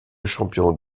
champion